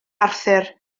arthur